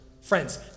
friends